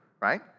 right